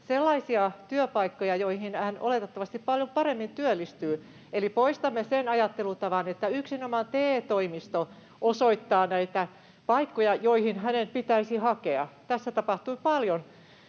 sellaisia työpaikkoja, joihin hän oletettavasti paljon paremmin työllistyy. Eli poistamme sen ajattelutavan, että yksinomaan TE-toimisto osoittaa näitä paikkoja, joihin hänen pitäisi hakea. Tässä tapahtui paljon